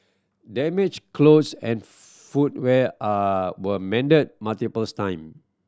damaged clothes and footwear are were mended multiples time